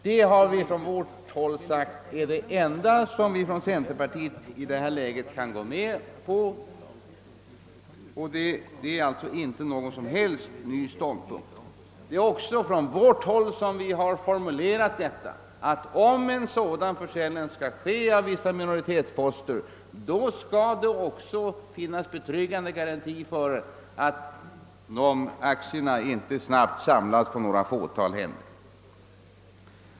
Vi har deklarerat att detta är det enda som centerpartiet i detta läge kan gå med på. Det är alltså inte fråga om någon som Belst ny ståndpunkt. Från vårt håll har vi formulerat satsen att om en sådan försäljning av vissa minoritetsposter skall ske, skall det också finnas betryggande garanti för att dessa aktier inte snabbt samlas på ett fåtal händer.